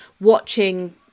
watching